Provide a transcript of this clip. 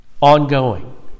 ongoing